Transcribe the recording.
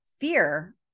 fear